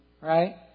Right